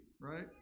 right